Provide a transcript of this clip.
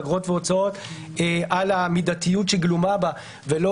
אגרות והוצאות על המידתיות שגלומה בה ולא